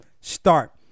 start